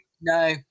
no